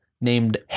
named